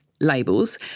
labels